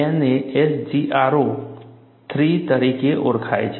0 તરીકે ઓળખાય છે